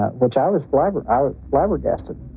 which i was flabber. i was flabbergasted.